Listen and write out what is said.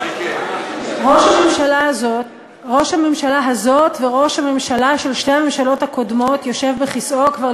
ראש הממשלה הזאת וראש הממשלה של שתי הממשלות הקודמות יושב בכיסאו כבר,